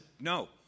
no